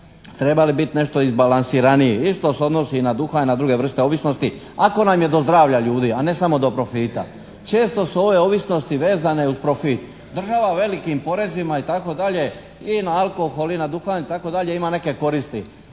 trebali biti nešto izbalansiraniji. Isto se odnosi i na duhan i na druge vrste ovisnosti, ako nam je do zdravlja ljudi, a ne samo do profita. Često su ove ovisnosti vezano uz profit. Država velikim porezima itd. i na alkohol i na duhan itd. ima neke koristi.